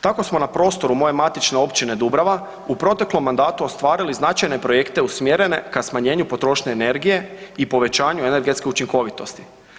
Tako smo na prostoru moje matične Općine Dubrava u proteklom mandatu ostvarili značajne projekte usmjerene ka smanjenju potrošnje energije i povećanju energetske učinkovitosti.